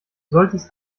solltest